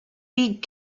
beak